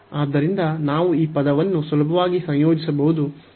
ಆದ್ದರಿಂದ ನಾವು ಈ ಪದವನ್ನು ಸುಲಭವಾಗಿ ಸಂಯೋಜಿಸಬಹುದು ಮತ್ತು ಈ ಪದವನ್ನು ಪ್ರತ್ಯೇಕಿಸಬಹುದು